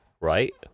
right